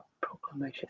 proclamation